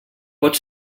pot